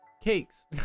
cakes